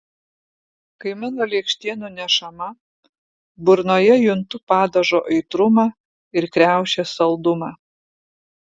kai mano lėkštė nunešama burnoje juntu padažo aitrumą ir kriaušės saldumą